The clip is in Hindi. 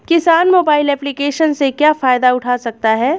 किसान मोबाइल एप्लिकेशन से क्या फायदा उठा सकता है?